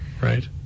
right